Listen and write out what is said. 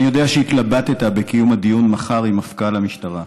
אני יודע שהתלבטת בקיום הדיון מחר עם מפכ"ל המשטרה.